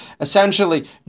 essentially